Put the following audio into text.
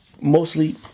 mostly